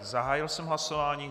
Zahájil jsem hlasování.